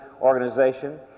organization